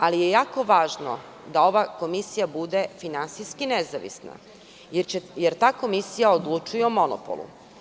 Ali je jako važno da ova komisija bude finansijski nezavisna, jer ta komisija odlučuje o monopolu.